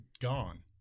gone